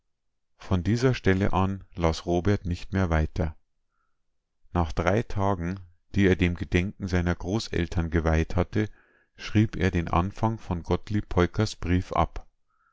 von dieser stelle an las robert nicht mehr weiter nach drei tagen die er dem gedenken seiner großeltern geweiht hatte schrieb er den anfang von gottlieb peukers brief ab